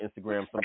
Instagram